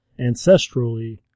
ancestrally